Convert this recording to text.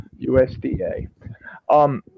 USDA